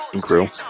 crew